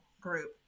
group